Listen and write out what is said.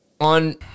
on